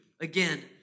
again